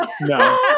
No